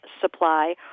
supply